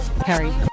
Harry